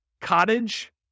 Cottage